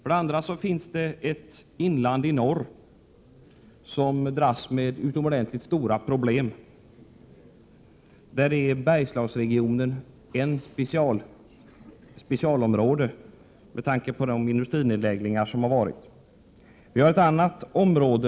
Vidare finns det i norr ett inland som dras med utomordentligt stora problem. Där ingår Bergslagsregionen som ett speciellt område på grund av de industrinedläggningar som har skett.